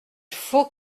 faut